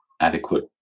adequate